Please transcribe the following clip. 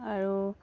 আৰু